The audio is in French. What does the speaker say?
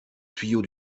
tuyau